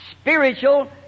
spiritual